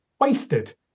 wasted